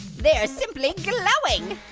they're simply glowing.